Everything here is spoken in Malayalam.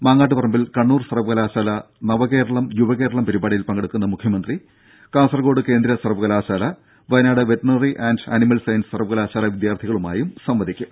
മാങ്ങാട്ടുപറമ്പിൽ കണ്ണൂർ സർവകലാശാല നവകേരളം യുവകേരളം പരിപാടിയിൽ പങ്കെടുക്കുന്ന മുഖ്യമന്ത്രി കാസർക്കോട് കേന്ദ്ര സർവകലാശാല Wayanad veterinary and animal science സർവകലാശാല വിദ്യാർത്ഥികളുമായും സംവദിക്കും